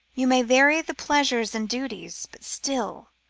you may vary the pleasures and duties but still,